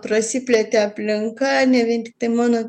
prasiplėtė aplinka ne vien tiktai mano